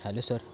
hello sir